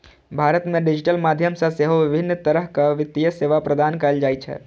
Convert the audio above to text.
भारत मे डिजिटल माध्यम सं सेहो विभिन्न तरहक वित्तीय सेवा प्रदान कैल जाइ छै